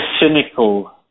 cynical